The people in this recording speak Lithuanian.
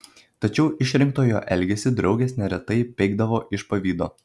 tačiau išrinktojo elgesį draugės neretai peikdavo iš pavydo